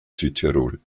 südtirol